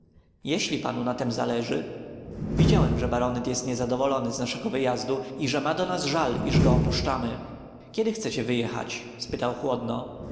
jeżeli panu na tem zależy widziałem że baronet jest niezadowolony z naszego wyjazdu i że ma do nas żal iż go opuszczamy kiedy chcecie jechać spytał chłodno